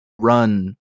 run